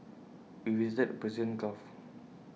we visited Persian gulf